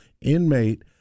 inmate